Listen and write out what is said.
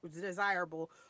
desirable